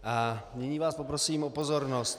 A nyní vás poprosím o pozornost.